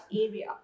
area